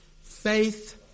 faith